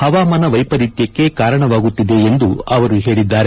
ಹವಾಮಾನ ವೈಪರೀತ್ವಕ್ಷೆ ಕಾರಣವಾಗುತ್ತಿದೆ ಎಂದವರು ಹೇಳಿದ್ದಾರೆ